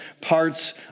parts